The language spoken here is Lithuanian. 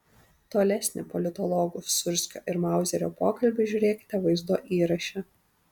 tolesnį politologų sūrskio ir mauzerio pokalbį žiūrėkite vaizdo įraše